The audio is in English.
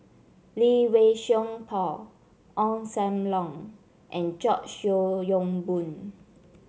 Lee Wei Song Paul Ong Sam Leong and George Yeo Yong Boon